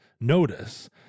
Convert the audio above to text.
notice